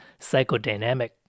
psychodynamic